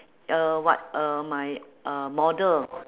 uh what uh my uh model